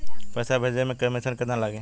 पैसा भेजे में कमिशन केतना लागि?